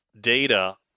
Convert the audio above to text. data